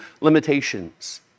limitations